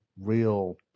real